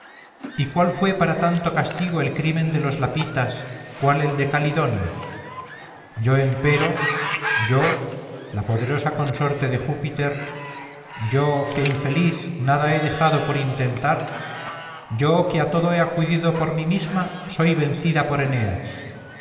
y cuál fue para tanto castigo el crimen de los lapitas cuál el de calidonia yo empero yo la poderosa consorte de júpiter yo que infeliz nada he dejado por intentar yo que a todo he acudido por mí misma soy vencida por eneas